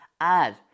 add